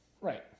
right